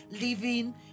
living